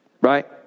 Right